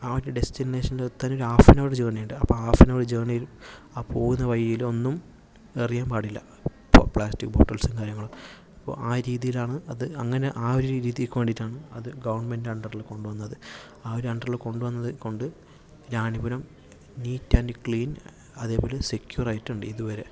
ആ ഒരു ഡെസ്റ്റിനേഷനിൽ ഹാഫ് ആൻ അവറ് ജേണി ഉണ്ട് അപ്പം ഹാഫ് ആൻ അവറ് ജെർണിയില് ആ പോകുന്ന വഴിയില് ഒന്നും എറിയാൻ പാടില്ല ഇപ്പം പ്ലാസ്റ്റിക് ബോട്ടിൽസ് കാര്യങ്ങളൊക്കെ നമ്മള് ആ രീതിയിലാണ് അത് അങ്ങനെ ആ ഒര് രീതിയിൽ വേണ്ടിയിട്ടാണ് അത് ഗവൺമെൻറ്റ് അണ്ടറില് കൊണ്ടുവന്നത് ആ ഒരു അണ്ടറില് കൊണ്ടുവന്നത്കൊണ്ട് റാണിപുരം നീറ്റ് ആൻഡ് ക്ലീൻ അതേപോലെ സെക്യൂർ ആയിട്ടുണ്ട് ഇതുവരെ